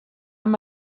amb